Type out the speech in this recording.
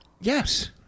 Yes